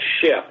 ship